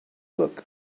book